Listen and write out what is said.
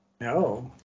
No